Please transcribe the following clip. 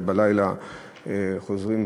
ובלילה חוזרים,